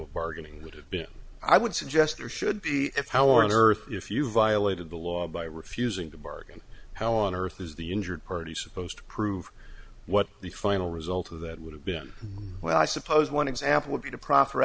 of bargaining would have been i would suggest there should be if how on earth if you violated the law by refusing to bargain how on earth is the injured party supposed to prove what the final result of that would have been well i suppose one example would be to pro